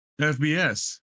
FBS